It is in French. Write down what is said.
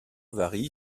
varie